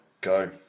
Go